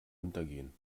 untergehen